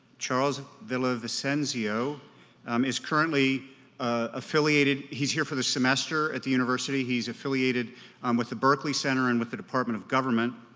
charles villa-vicencio is currently affiliated, he's here for the semester at the university, he's affiliated um with the berkeley center and with the department of government.